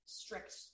strict